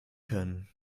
können